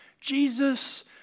Jesus